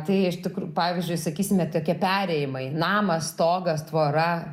tai iš tikr pavyzdžiui sakysime tokie perėjimai namas stogas tvora